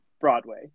Broadway